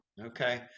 okay